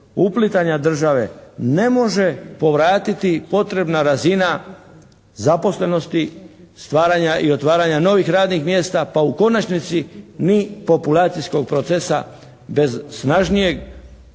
uplitanja države ne može povratiti potrebna razina zaposlenosti, stvaranja i otvaranja novih radnih mjesta. Pa u konačnici ni populacijskog procesa bez snažnijeg